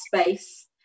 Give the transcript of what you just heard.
space